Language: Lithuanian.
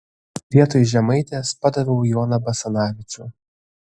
vietoj žemaitės padaviau joną basanavičių